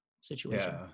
situation